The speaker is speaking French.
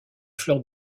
fleurs